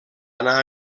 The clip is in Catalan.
anar